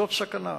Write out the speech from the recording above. זאת סכנה.